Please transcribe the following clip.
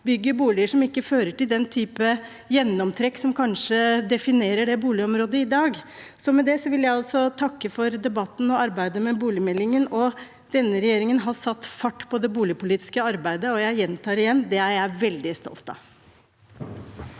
bygger boliger som ikke fører til den type gjennomtrekk som kanskje definerer det boligområdet i dag. Med det vil jeg takke for debatten og arbeidet med boligmeldingen. Denne regjeringen har satt fart på det boligpolitiske arbeidet, og jeg gjentar: Det er jeg veldig stolt av.